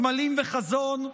סמלים וחזון,